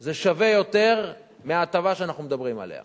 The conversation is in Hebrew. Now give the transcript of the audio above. זה שווה יותר מההטבה שאנחנו מדברים עליה.